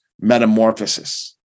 metamorphosis